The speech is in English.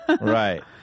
Right